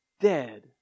dead